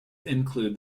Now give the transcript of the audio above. include